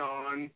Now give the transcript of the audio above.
on